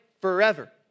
forever